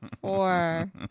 four